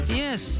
yes